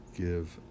give